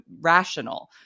rational